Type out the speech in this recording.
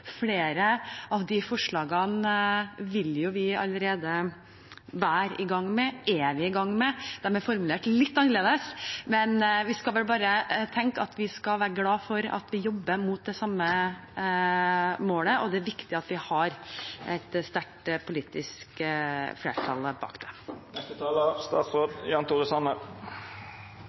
flere av de forslagene som Arbeiderpartiet i dag fremmer i sitt representantforslag, vil jo vi allerede være i gang med, er vi i gang med. De er formulert litt annerledes, men vi skal vel bare være glad for at vi jobber mot det samme målet, og det er viktig at vi har et sterkt politisk flertall bak det.